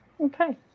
Okay